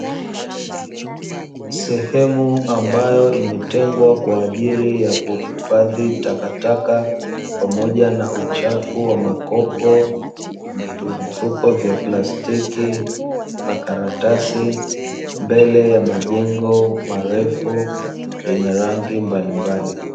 Sehemu ambayo imetengwa kwa ajili ya kuhifadhi takataka pamoja na uchafu wa makopo, vifuko vya plastiki, makaratasi; mbele ya majengo marefu yenye rangi mbalimbali.